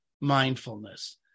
mindfulness